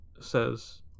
says